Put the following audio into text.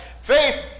faith